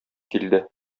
килде